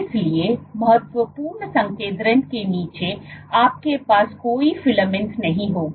इसलिए महत्वपूर्ण संकेंद्रण के नीचे आपके पास कोई फिलामेंट्स नहीं होगा